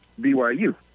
BYU